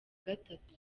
gatatu